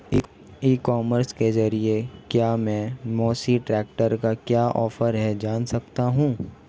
ई commerce के ज़रिए क्या मैं मेसी ट्रैक्टर का क्या ऑफर है जान सकता हूँ?